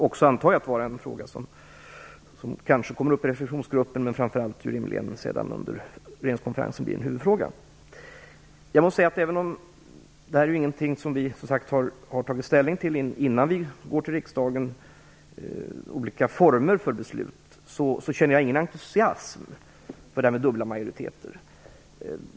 Jag antar att den frågan kommer upp i Reflexionsgruppen. Framför allt blir den rimligen en huvudfråga under regeringskonferensen. Dessa olika former för beslut är inte något som vi har tagit ställning till innan vi går till riksdagen, men jag känner ingen entusiasm inför det här med dubbla majoriteter.